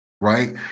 right